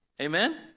Amen